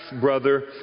brother